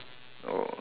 oh